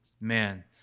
Man